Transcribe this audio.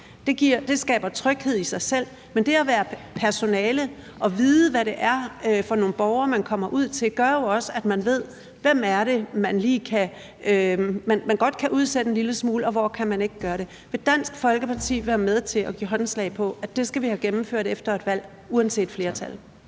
skaber tryghed i sig selv, men det at være personale og vide, hvad det er for nogle borgere, man kommer ud til, gør jo også, at man ved, hvem det er, man godt kan udsætte en lille smule, og hvor man ikke kan gøre det. Vil Dansk Folkeparti være med til at give håndslag på, at det skal vi have gennemført efter et valg uanset flertallet?